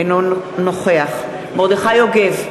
אינו נוכח מרדכי יוגב,